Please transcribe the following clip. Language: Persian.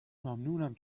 ممنون